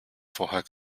vorher